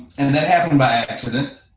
and that happened by accident,